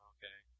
Okay